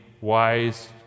wise